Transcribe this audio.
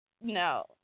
no